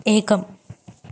एकम्